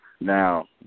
Now